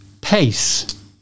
Pace